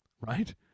Right